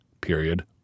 period